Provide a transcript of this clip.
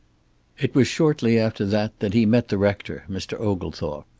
it was shortly after that that he met the rector, mr. oglethorpe.